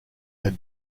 had